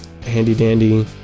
handy-dandy